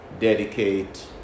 dedicate